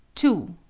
two.